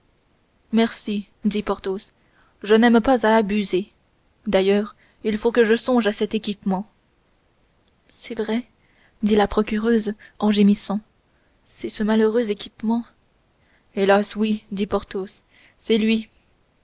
merci dit porthos je n'aime pas à abuser d'ailleurs il faut que je songe à mon équipement c'est vrai dit la procureuse en gémissant c'est ce malheureux équipement hélas oui dit porthos c'est lui